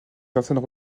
certaines